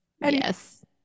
Yes